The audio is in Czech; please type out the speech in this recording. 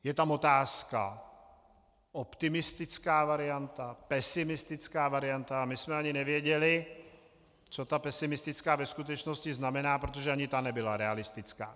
Je tam otázka optimistická varianta, pesimistická varianta, a my jsme ani nevěděli, co ta pesimistická ve skutečnosti znamená, protože ani ta nebyla realistická.